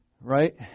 Right